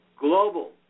global